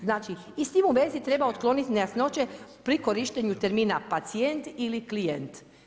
Znači i s tim u vezi treba otkloniti nejasnoće pri korištenju termina pacijent ili klijent.